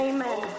Amen